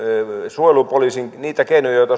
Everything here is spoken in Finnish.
niitä keinoja joita